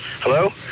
Hello